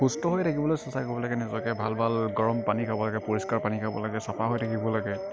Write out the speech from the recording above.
সুস্থ হৈ থাকিবলে চিন্তা কৰিব লাগে নিজকে ভাল ভাল গৰম পানী খাব লাগে পৰিষ্কাৰ পানী খাব লাগে চাফা হৈ থাকিব লাগে